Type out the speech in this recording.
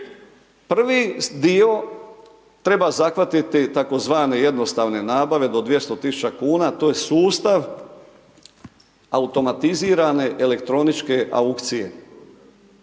Prvi dio treba zahvatiti tzv. jednostavne nabave do 200.000 kuna to je sustav automatizirane, elektroničke aukcije.